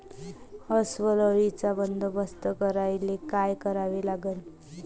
अस्वल अळीचा बंदोबस्त करायले काय करावे लागन?